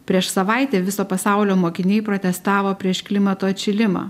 prieš savaitę viso pasaulio mokiniai protestavo prieš klimato atšilimą